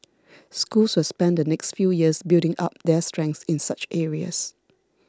schools will spend the next few years building up their strengths in such areas